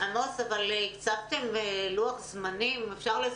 אבל יש הנתונים האלה בבתי הספר.